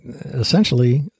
essentially